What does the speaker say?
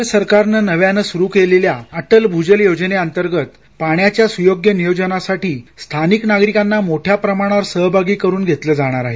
केंद्र सरकारने नव्यानं सुरु केलेल्या अटल भूजल योजनेअंतर्गत पाण्याच्या सुयोग्य नियोजनासाठी स्थानिक नागरिकांना मोठ्या प्रमाणावर सहभागी करून घेतलं जाणार आहे